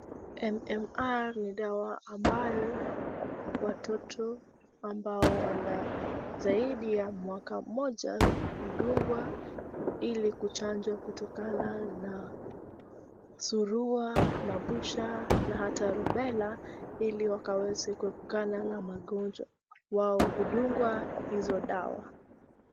MMR ni dawa ambayo watoto ambao wana zaidi ya mwaka mmoja hudungwa ili kuchanjwa kutokana na surua, mabusha na hata rubella ili wakaweze kuepukana na magonjwa. Wao hudungwa hizo dawa.